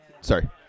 sorry